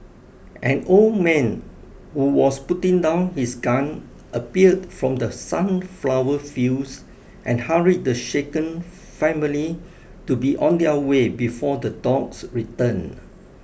an old man who was putting down his gun appeared from the sunflower fields and hurried the shaken family to be on their way before the dogs return